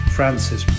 Francis